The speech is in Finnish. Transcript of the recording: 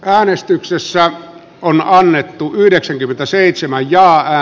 äänestyksessä on annettu yhdeksänkymmentäseitsemän ja